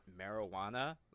marijuana